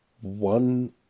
one